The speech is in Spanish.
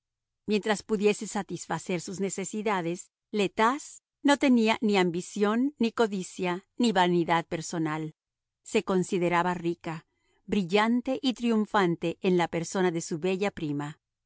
mientras pudiese satisfacer sus necesidades le tas no tenía ni ambición ni codicia ni vanidad personal se consideraba rica brillante y triunfante en la persona de su bella prima